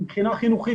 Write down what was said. מבחינה חינוכית,